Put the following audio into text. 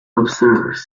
observers